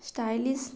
stylish